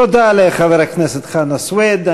תודה לחבר הכנסת חנא סוייד.